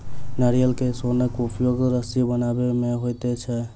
नारियल के सोनक उपयोग रस्सी बनबय मे होइत छै